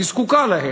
היא זקוקה להם.